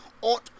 ought